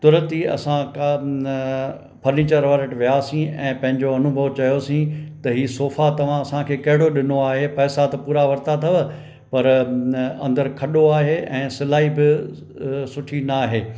तुरंत ई असां का न फर्नीचर वारे वटि वियासीं ऐं पंहिंजो अनुभव चयोसीं त ही सौफा तव्हां असांखे कहिड़ो ॾिनो आहे पैसा त पूरा वरिता अथव पर इन अंदरु खॾो आहे ऐं सिलाई बि सुठी न नाहे